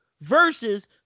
versus